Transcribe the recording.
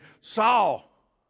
Saul